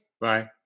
Bye